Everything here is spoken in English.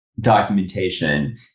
documentation